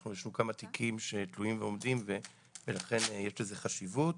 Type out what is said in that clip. יש לנו כמה תיקים שתלויים ועומדים ולכן יש לזה חשיבות.